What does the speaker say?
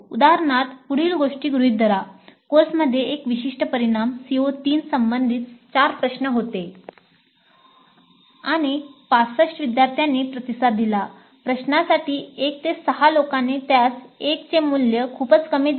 उदाहरणार्थ पुढील गोष्टी गृहीत धरा कोर्समध्ये एक विशिष्ट परिणाम CO 3 संबंधित चार प्रश्न होते आणि 65 विद्यार्थ्यांनी प्रतिसाद दिला प्रश्नासाठी 1 6 लोकांनी त्यास 1 चे मूल्य खूपच कमी दिले